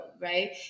right